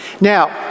Now